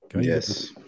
Yes